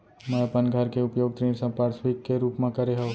मै अपन घर के उपयोग ऋण संपार्श्विक के रूप मा करे हव